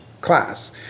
class